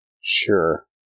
Sure